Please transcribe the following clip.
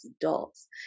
adults